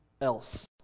else